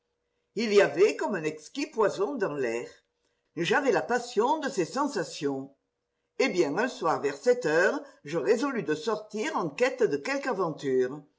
il y avait comme un exquis poison dans l'air j'avais la passion de ces sensations eh bien un soir vers sept heures je résolus de sortir en quête de quelque aventure